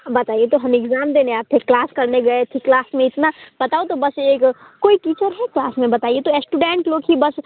बताइए तो हम इग्जाम देने आते हैं क्लास करने गए तो क्लास में इतना बताओ तो बस एक कोई टीचर है क्लास में बताइए तो एस्टूडेंट लोग भी बस